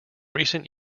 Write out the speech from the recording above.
recent